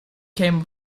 came